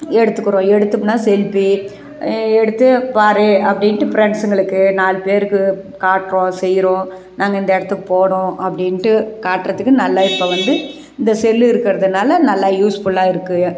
எடுத்துக்கிறோம் எடுத்தோம்னா செல்ப்பி எடுத்து பார் அப்படின்ட்டு ஃப்ரெண்ட்ஸுங்களுக்கு நாலு பேருக்கு காட்டுறோம் செய்கிறோம் நாங்கள் இந்த இடத்துக்கு போனோம் அப்படின்ட்டு காட்டுறதுக்கு நல்லா இப்போ வந்து இந்த செல்லு இருக்கிறதுனால நல்லா யூஸ்ஃபுல்லாக இருக்குது